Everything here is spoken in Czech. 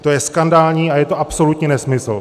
To je skandální a je to absolutní nesmysl!